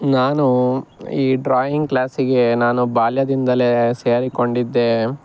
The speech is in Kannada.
ನಾನು ಈ ಡ್ರಾಯಿಂಗ್ ಕ್ಲಾಸಿಗೆ ನಾನು ಬಾಲ್ಯದಿಂದಲೇ ಸೇರಿಕೊಂಡಿದ್ದೆ